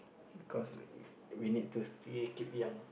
because we need to still keep young